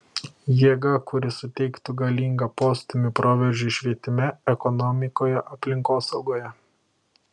jėga kuri suteiktų galingą postūmį proveržiui švietime ekonomikoje aplinkosaugoje